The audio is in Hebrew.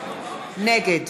נגד